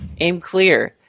Aimclear